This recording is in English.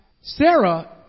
Sarah